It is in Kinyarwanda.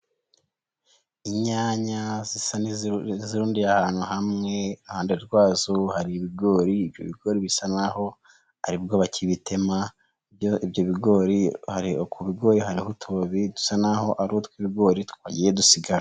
Inyanya zisandiye ahantu hamwe, iruhande rwazo hari ibigori, bigori bisa nk'aho aribwo bakibitema ibyo bigori ku bigori hari utubabi dusa nk'aho ari utw'ibigori twagiye dusigara.